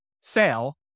sale